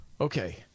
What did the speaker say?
Okay